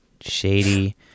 shady